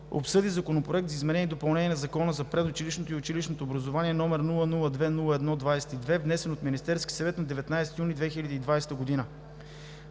обсъди Законопроект за изменение и допълнение на Закона за предучилищното и училищното образование, № 002-01-22, внесен от Министерския съвет на 19 юни 2020 г.